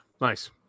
Nice